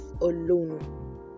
alone